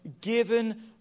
given